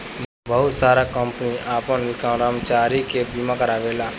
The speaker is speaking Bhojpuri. बहुत सारा कंपनी आपन कर्मचारी के बीमा कारावेला